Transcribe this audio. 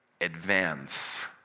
advance